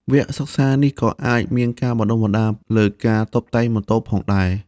វគ្គសិក្សានេះក៏អាចមានការបណ្តុះបណ្តាលលើការតុបតែងម៉ូតូផងដែរ។